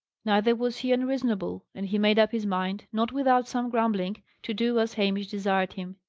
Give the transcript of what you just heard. neither was he unreasonable and he made up his mind, not without some grumbling, to do as hamish desired him.